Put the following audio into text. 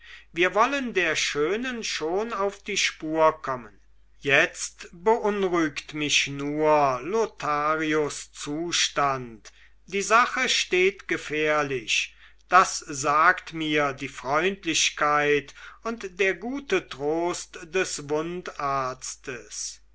wir wollen der schönen schon auf die spur kommen jetzt beunruhigt mich nur lotharios zustand die sache steht gefährlich das sagt mir die freundlichkeit und der gute trost des